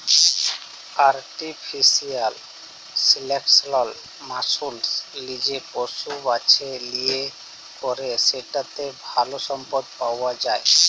artificial selection মালুস লিজে পশু বাছে লিয়ে ক্যরে যেটতে ভাল সম্পদ পাউয়া যায়